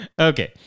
Okay